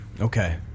Okay